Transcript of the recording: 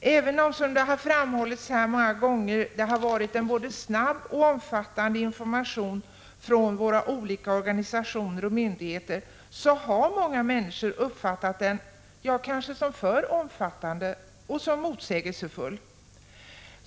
Det har visserligen framhållits här många gånger att vi har fått en både snabb och omfattande information från våra olika organisationer och myndigheter, men många människor har ändå uppfattat den kanske som alltför omfattande och även som motsägelsefull.